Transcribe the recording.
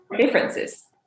differences